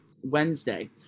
Wednesday